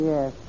Yes